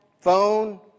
phone